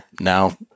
now